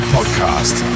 Podcast